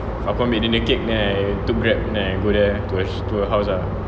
aku ambil dia nya cake then I took Grab then I go there to her house ah